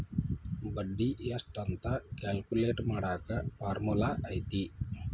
ಬಡ್ಡಿ ಎಷ್ಟ್ ಅಂತ ಕ್ಯಾಲ್ಕುಲೆಟ್ ಮಾಡಾಕ ಫಾರ್ಮುಲಾ ಐತಿ